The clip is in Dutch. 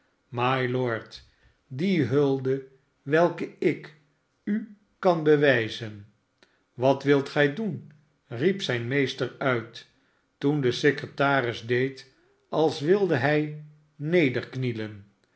mylord die hulde welke ik u kan bewijzen wat wilt gij doen riep zijn meester uit toen de secretaris deed als wilde hij